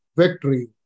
victory